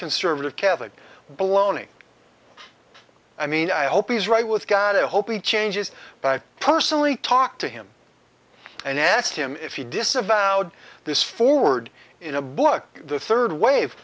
conservative catholic baloney i mean i hope he's right with god i hope he changes but i personally talk to him and ask him if he disavowed this forward in a book the third wave